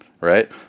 right